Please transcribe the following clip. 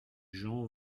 jean